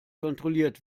kontrolliert